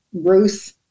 Ruth